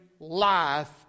Life